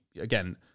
again